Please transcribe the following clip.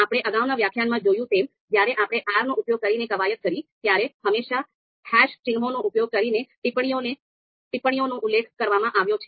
આપણે અગાઉના વ્યાખ્યાનમાં જોયું તેમ જ્યારે આપણે R નો ઉપયોગ કરીને કવાયત કરી ત્યારે હેશ ચિહ્નનો ઉપયોગ કરીને ટિપ્પણીઓનો ઉલ્લેખ કરવામાં આવ્યો છે